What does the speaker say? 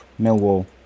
Millwall